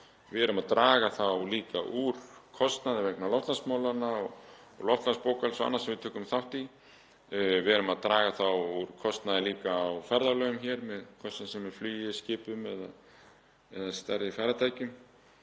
Við erum að draga þá líka úr kostnaði vegna loftslagsmálanna og loftslagsbókhalds og annars sem við tökum þátt í. Við erum að draga úr kostnaði líka á ferðalögum hér, hvort sem er með flugi, í skipum eða stærri farartækjum.